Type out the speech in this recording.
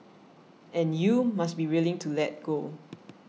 and you must be willing to let go